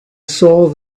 saw